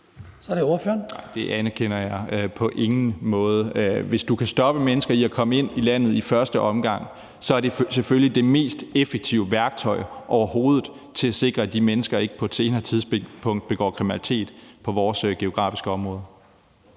Mikkel Bjørn (DF): Det anerkender jeg på ingen måde. Hvis du kan stoppe mennesker i at komme ind i landet i første omgang, er det selvfølgelig det mest effektive værktøj overhovedet til at sikre, at de mennesker ikke på et senere tidspunkt begår kriminalitet på vores geografiske område.